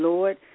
Lord